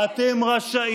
איפה הייתם, אתם רשאים,